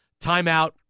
Timeout